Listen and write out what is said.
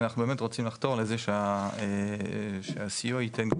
אנחנו באמת רוצים לחתור לזה שהסיוע ייתן,